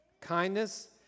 kindness